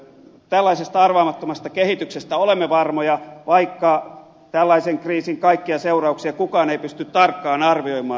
tällaisesta arvaamattomasta kehityksestä olemme varmoja vaikka tällaisen kriisin kaikkia seurauksia kukaan ei pysty tarkkaan arvioimaan